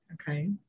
Okay